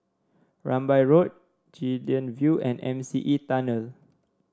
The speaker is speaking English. Rambai Road Guilin View and M C E Tunnel